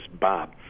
bob